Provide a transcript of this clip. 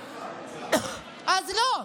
אז לא,